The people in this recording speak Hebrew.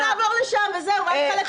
תעבור לשם וזהו ואל תחלק לי ציונים.